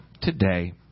today